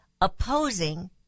opposing